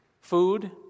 food